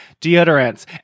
deodorants